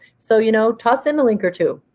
so you know toss in a link or two.